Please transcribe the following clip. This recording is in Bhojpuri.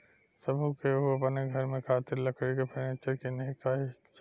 सब केहू के अपना घर में खातिर लकड़ी के फर्नीचर किने के चाही